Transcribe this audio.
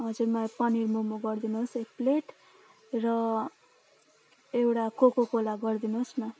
हजुर मलाई पनिर मम गरिदिनु होस् एक प्लेट र एउटा कोका कोला गरिदिनु होस् न